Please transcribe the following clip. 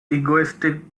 egoistic